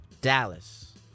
Dallas